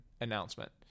announcement